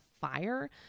fire